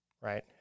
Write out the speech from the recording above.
right